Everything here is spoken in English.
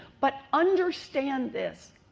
but understand this,